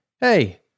Hey